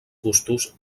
gustos